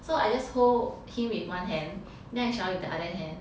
so I just hold him with one hand then I shower with the other hand